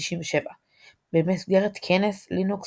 1997 במסגרת כנס Linux Kongress,